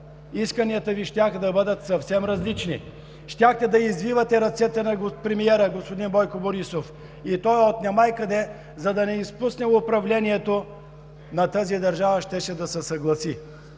исканията Ви щяха да бъдат съвсем различни. Щяхте да извивате ръцете на премиера господин Бойко Борисов и той от немай къде, за да не изпусне управлението на тази държава, щеше да се съгласи.